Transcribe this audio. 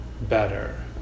better